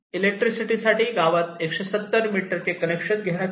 electricity साठी गावात 170 मीटरचे कनेक्शन देण्यात आले